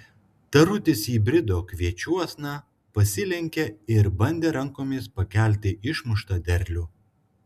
tarutis įbrido kviečiuosna pasilenkė ir bandė rankomis pakelti išmuštą derlių